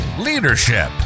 leadership